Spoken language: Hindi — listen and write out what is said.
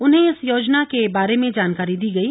उन्हें इस योजना के बारे में जानकारी दी गयी